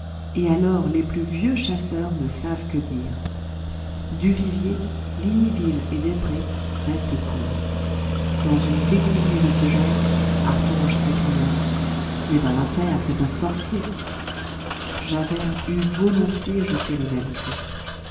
et alors les plus vieux chasseurs ne savent que dire duvivier ligniville et desprez restent court dans une déconvenue de ce genre artonge s'écria ce n'est pas un cerf c'est un sorcier javert eût volontiers jeté le même cri